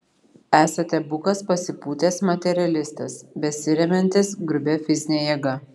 esate bukas pasipūtęs materialistas besiremiantis grubia fizine jėga